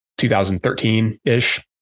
2013-ish